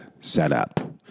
setup